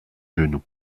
genou